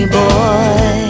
boy